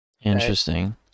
Interesting